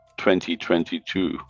2022